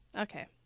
okay